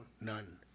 none